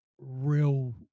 real